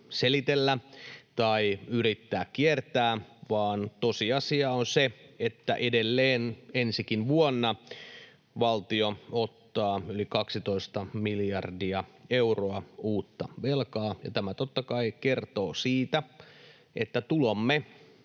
selitellä tai yrittää kiertää, vaan tosiasia on se, että edelleen ensi vuonnakin valtio ottaa yli 12 miljardia euroa uutta velkaa. Tämä totta kai kertoo siitä, että tulomme